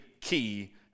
key